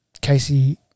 Casey